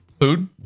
food